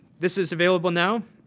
this is available now,